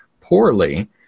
poorly